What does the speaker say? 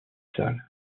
sall